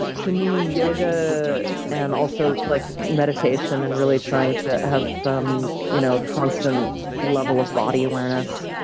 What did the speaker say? to to me, yoga and also like meditation and really trying to have a um you know constant level of body awareness,